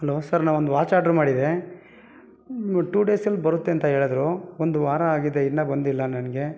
hello sir ನಾನು ಒಂದು watch order ಮಾಡಿದೆ ಟೂ ಡೇಸಲ್ಲಿ ಬರುತ್ತೆ ಅಂತ ಹೇಳಿದ್ರು ಒಂದು ವಾರ ಆಗಿದೆ ಇನ್ನು ಬಂದಿಲ್ಲ ನನಗೆ